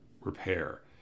repair